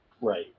right